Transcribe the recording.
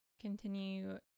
continue